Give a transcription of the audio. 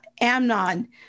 Amnon